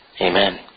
Amen